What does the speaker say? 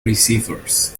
receivers